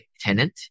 tenant